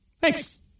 Thanks